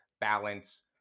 balance